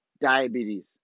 diabetes